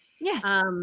Yes